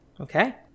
Okay